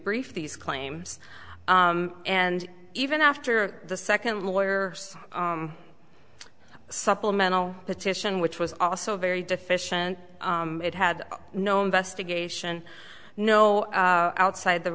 brief these claims and even after the second lawyer supplemental petition which was also very deficient it had no investigation no outside the